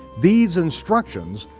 these instructions,